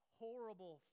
horrible